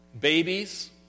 Babies